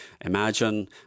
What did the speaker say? Imagine